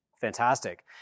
Fantastic